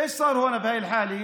מה קרה פה במקרה הזה?